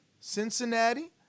Cincinnati